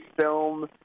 film